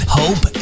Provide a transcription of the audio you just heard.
hope